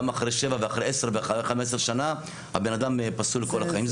גם אחרי שבע ואחרי עשר ואחרי 15 שנה הבן אדם פסול לכל החיים.